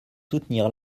soutenir